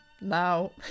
now